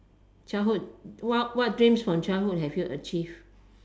childhood what what dreams from childhood have you achieved